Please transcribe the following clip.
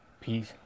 peace